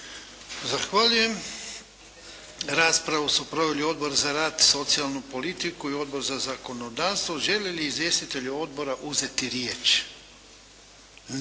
Zahvaljujem. Raspravu su proveli Odbor za rad, socijalnu politiku i Odbor za zakonodavstvo. Žele li izvjestitelji odbora uzeti riječ?